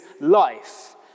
life